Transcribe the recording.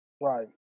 Right